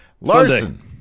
Larson